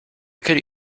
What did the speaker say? could